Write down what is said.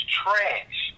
trash